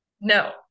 No